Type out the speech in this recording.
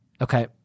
Okay